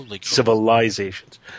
Civilizations